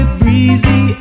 breezy